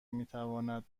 میتواند